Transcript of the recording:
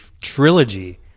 trilogy